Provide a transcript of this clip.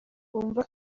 bumva